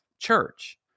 church